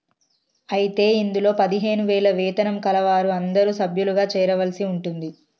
అయితే ఇందులో పదిహేను వేల వేతనం కలవారు అందరూ సభ్యులుగా చేరవలసి ఉంటుంది